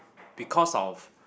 because of